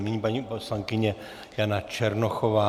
Nyní paní poslankyně Jana Černochová.